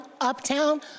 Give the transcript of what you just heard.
uptown